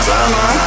Summer